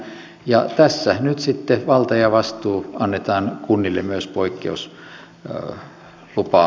ja tässä nyt sitten valta ja vastuu annetaan kunnille myös poikkeuslupa asioissa